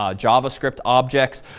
ah javascript objects.